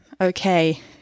okay